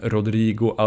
Rodrigo